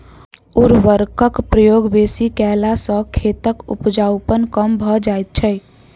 उर्वरकक प्रयोग बेसी कयला सॅ खेतक उपजाउपन कम भ जाइत छै